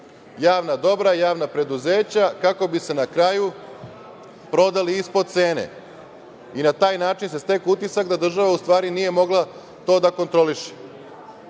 javna dobra, javna preduzeća kako bi se na kraju prodali ispod cene i na taj način se stekao utisak da država u stvari nije mogla to da kontroliše. Dakle,